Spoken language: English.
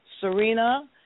Serena